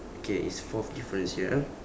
okay it's fourth difference here